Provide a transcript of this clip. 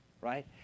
right